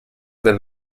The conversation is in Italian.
del